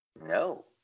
No